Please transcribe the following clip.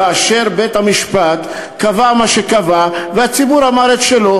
כאשר בית-המשפט קבע מה שקבע והציבור אמר את שלו,